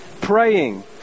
praying